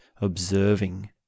observing